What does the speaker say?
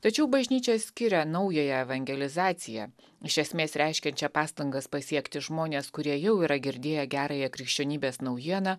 tačiau bažnyčia skiria naująją evangelizaciją iš esmės reiškiančią pastangas pasiekti žmones kurie jau yra girdėję gerąją krikščionybės naujieną